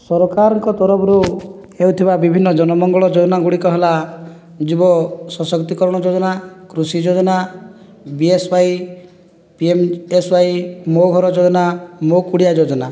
ସରକାରଙ୍କ ତରଫରୁ ହେଉଥିବା ବିଭିନ୍ନ ଜନ ମଙ୍ଗଳ ଯୋଜନା ଗୁଡ଼ିକ ହେଲା ଯୁବ ସଶକ୍ତି କରଣ ଯୋଜନା କୃଷି ଯୋଜନା ବିଏସ୍ୱାଇ ପିଏମ୍ଏସ୍ୱାଇ ମୋ' ଘର ଯୋଜନା ମୋ' କୁଡ଼ିଆ ଯୋଜନା